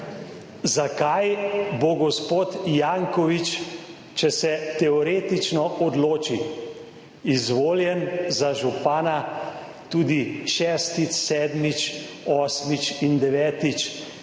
zakaj bo gospod Janković, če se teoretično odloči, izvoljen za župana tudi šestič, sedmič, osmič in devetič,